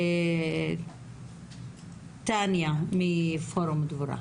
תניה מפורום "דבורה".